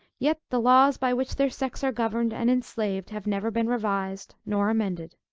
yet the laws by which their sex are governed and enslaved, have never been revised nor amended.